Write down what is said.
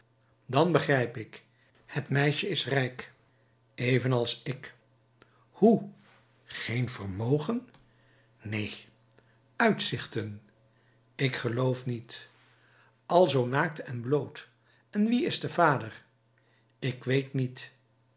dan begrijp ik het meisje is rijk evenals ik hoe geen vermogen neen uitzichten ik geloof niet alzoo naakt en bloot en wie is de vader ik weet niet